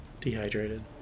Dehydrated